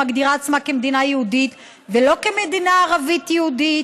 המגדירה את עצמה כמדינה יהודית ולא כמדינה ערבית-יהודית.